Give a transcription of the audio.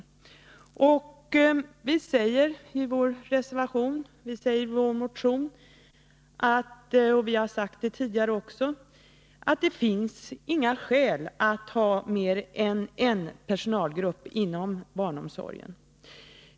Vi har sagt tidigare och vi säger det i vår reservation och i vår motion att det inte finns några skäl till att ha mer än en personalgrupp inom barnomsorgen.